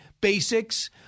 basics